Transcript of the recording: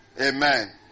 Amen